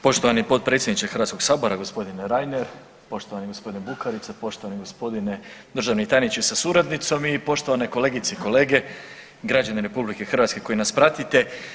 Poštovani potpredsjedniče Hrvatskog sabora, gospodine Reiner, poštovani gospodine Bukarica, poštivani gospodine državni tajniče sa suradnicom i poštovane kolegice i kolege, građani RH koji nas pratite.